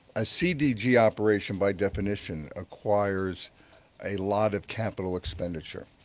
a cdg operation, by definition, requires a lot of capital expenditure,